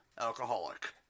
alcoholic